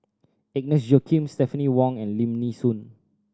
Agnes Joaquim Stephanie Wong and Lim Nee Soon